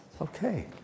Okay